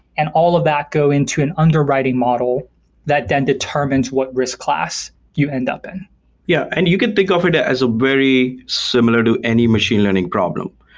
and all of that go into an underwriting model that then determines what risk class you end up in yeah. and you can think of it as a very similar to any machine learning problem,